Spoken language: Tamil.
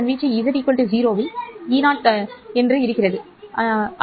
அதன் வீச்சு z 0 இல் ஈஓ சரி போன்றது